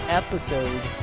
episode